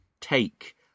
Take